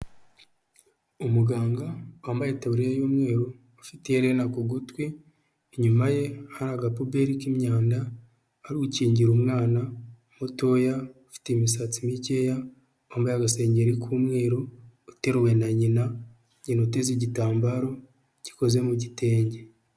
Umuganga wambaye itaburiya y'umweru ufite iherena ku gutwi, inyuma ye hari agapuberi k'imyanda ari gukingira umwana mutoya ufite imisatsi mikeya wambaye agasengengeri k'umweru uteruwe na nyina, nyina uteze igitambaro gikoze mu gitenge.